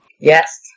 Yes